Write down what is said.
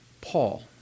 Paul